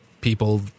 people